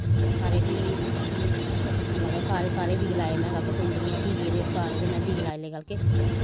सारे फ्ही लाए सारे सारे बीऽ लाए में बल्कि तूम्बड़िये घिये दे सारें दे में बीऽ लाई ते बल्कि